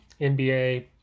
NBA